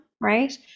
right